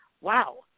wow